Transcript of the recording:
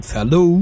Hello